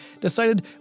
decided